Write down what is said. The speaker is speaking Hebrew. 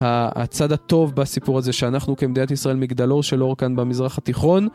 הצד הטוב בסיפור הזה שאנחנו כמדינת ישראל מגדלור של אור כאן במזרח התיכון